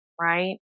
right